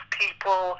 people